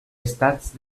estats